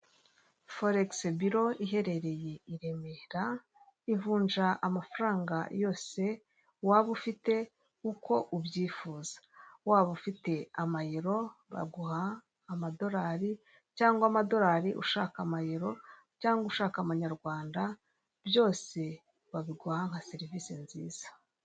Abantu benshi harimo umugabo wambaye ishati ijya gusa umutuku imbere ye hari mudasobwa n'icupa ry'amazi biteretse ku meza, iruhande rwe hari umugabo wambaye ishati y'umweru n'amarinete, mbere yewe hari icupa ry'amazi ndetse n'igikapu cy'umukara, iruhande rw'iwe nawe hari umugore wambaye ikanzu y'umukara iciye amaboko, imbere yiwe hari icupa ry'amazi na mudasobwa biteretse ku meza.